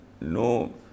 no